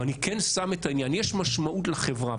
אבל אני כן שם את העניין, יש משמעות לחברה.